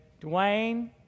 Dwayne